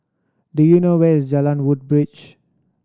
do you know where is Jalan Woodbridge